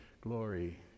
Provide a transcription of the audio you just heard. Glory